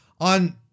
on